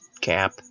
cap